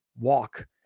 walk